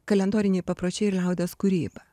kalendoriniai papročiai ir liaudies kūryba